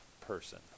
Person